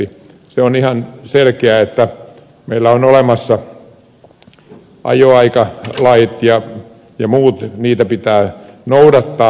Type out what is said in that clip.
se on ihan selkeää että meillä on olemassa ajoaikalait ja muut niitä pitää noudattaa